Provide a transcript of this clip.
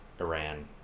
Iran